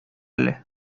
әле